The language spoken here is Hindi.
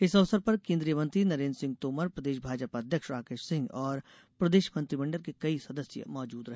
इस अवसर पर केंद्रीय मंत्री नरेन्द्र सिंह तोमर प्रदेश भाजपा अध्यक्ष राकेश सिंह और प्रदेश मंत्रिमण्डल के कई सदस्य मौजूद रहे